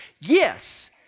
Yes